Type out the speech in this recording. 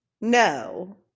No